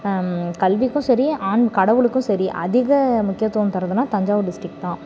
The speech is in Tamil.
கல்விக்கும் சரி ஆண் கடவுளுக்கும் சரி அதிக முக்கியத்துவம் தரதுனா தஞ்சாவூர் டிஸ்டிக் தான்